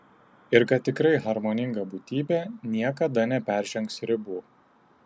ir kad tikrai harmoninga būtybė niekada neperžengs ribų